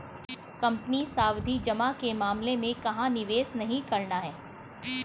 Company सावधि जमा के मामले में कहाँ निवेश नहीं करना है?